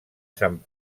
sant